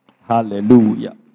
Hallelujah